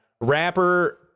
rapper